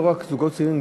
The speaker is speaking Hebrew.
לא רק זוגות צעירים,